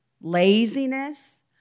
laziness